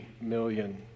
million